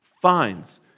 finds